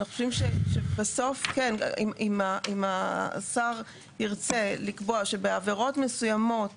אנחנו חושבים שאם השר ירצה לקבוע שבעבירות מסוימות